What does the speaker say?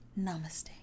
Namaste